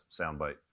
soundbite